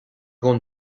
don